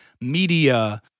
media